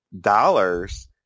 dollars